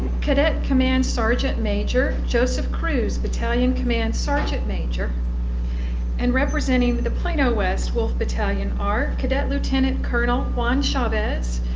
cadet command sergeant major joseph crews, battalion command sergeant major and representing the plano west wolf battalion are cadet lieutenant colonel juan chavez,